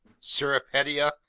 cirripedia,